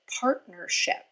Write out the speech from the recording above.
partnership